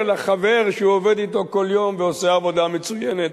לחבר שהוא עובד אתו כל יום ועושה עבודה מצוינת?